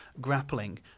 grappling